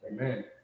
Amen